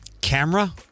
Camera